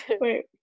Wait